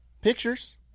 Pictures